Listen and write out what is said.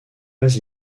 pas